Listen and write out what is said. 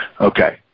Okay